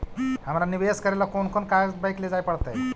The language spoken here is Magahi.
हमरा निवेश करे ल कोन कोन कागज बैक लेजाइ पड़तै?